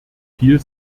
viel